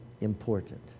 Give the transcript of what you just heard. important